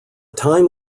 time